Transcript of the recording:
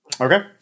Okay